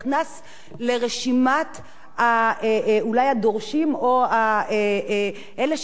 אולי הדורשים או אלה שנפרעים מהם ראשונה,